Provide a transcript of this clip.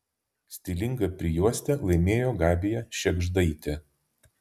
stilingą prijuostę laimėjo gabija šėgždaitė